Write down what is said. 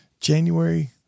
January